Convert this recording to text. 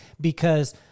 because-